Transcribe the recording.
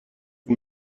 you